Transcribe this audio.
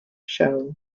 show